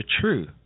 true